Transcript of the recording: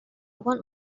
want